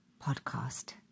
Podcast